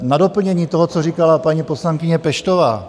Na doplnění toho, co říkala paní poslankyně Peštová.